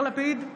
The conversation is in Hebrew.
יאיר לפיד,